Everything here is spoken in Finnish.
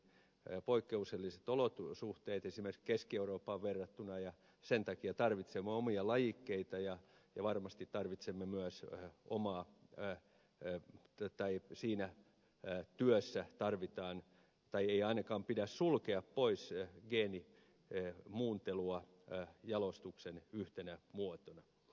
meillä on pitkä päivä poikkeukselliset olosuhteet esimerkiksi keski eurooppaan verrattuna ja sen takia tarvitsemme omia lajikkeita ja varmasti tarvitsemme myös oma työ tee työtä ei siinä työssä ei ainakaan pidä sulkea pois geenimuuntelua jalostuksen yhtenä muotona